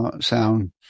sound